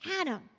Adam